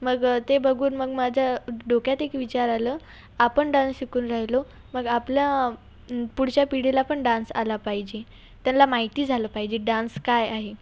मग ते बघून मग माझ्या डोक्यात एक विचार आला आपण डान्स शिकून राहिलो मग आपल्या पुढच्या पिढीला पण डान्स आला पाहिजे त्यांना माहिती झालं पाहिजे डान्स काय आहे